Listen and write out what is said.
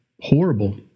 Horrible